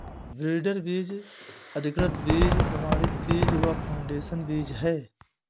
breeder बीज, अधिकृत बीज, प्रमाणित बीज व फाउंडेशन बीज है